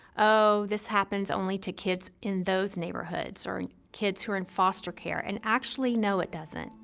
oh this happens only to kids in those neighborhoods or kids who are in foster care. and actually, no, it doesn't.